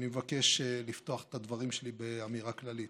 אני מבקש לפתוח את הדברים שלי באמירה כללית.